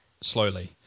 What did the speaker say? slowly